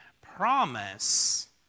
promise